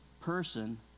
person